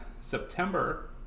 September